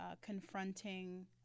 confronting